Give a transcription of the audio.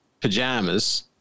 pajamas